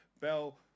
Bell